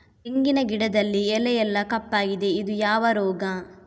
ತೆಂಗಿನ ಗಿಡದಲ್ಲಿ ಎಲೆ ಎಲ್ಲಾ ಕಪ್ಪಾಗಿದೆ ಇದು ಯಾವ ರೋಗ?